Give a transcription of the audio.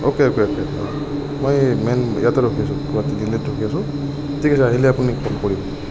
okay okay okay মই মেইন ইয়াতে ৰখি আছোঁ তিনি আলিত ৰখি আছোঁ ঠিক আছে আহিলে আপুনি ফোন কৰিব